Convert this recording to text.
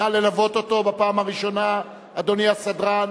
נא ללוות אותו בפעם הראשונה, אדוני הסדרן.